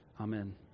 Amen